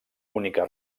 única